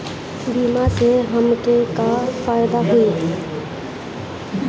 बीमा से हमके का फायदा होई?